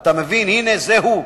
הנה זה הוא.